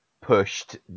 pushed